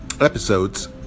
episodes